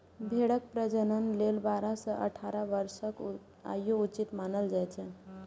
भेड़क प्रजनन लेल बारह सं अठारह वर्षक आयु उचित मानल जाइ छै